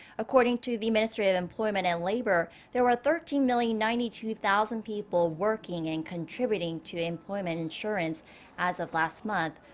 according to the ministry of employment and labor. there were thirteen million ninety two thousand people working and contributing to employment insurance as of last month.